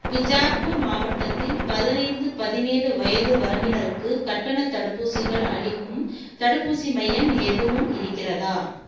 பிஜாப்பூர் மாவட்டத்தில் பதினைந்து பதினேழு வயது வரம்பினருக்கு கட்டணத் தடுப்பூசிகள் அளிக்கும் தடுப்பூசி மையம் எதுவும் இருக்கிறதா